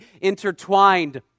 intertwined